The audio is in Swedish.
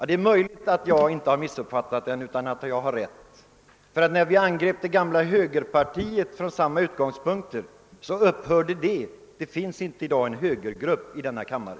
Det är möjligt att jag inte har missuppfattat, ty när vi angrep det gamla högerpartiet från samma utgångspunkter upphörde partiet att existera — i dag finns det inte någon högergrupp i denna kammare.